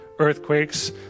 Earthquakes